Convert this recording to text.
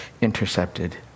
intercepted